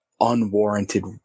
unwarranted